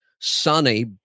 sunny